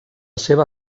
seva